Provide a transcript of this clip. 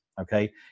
okay